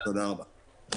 תודה רבה.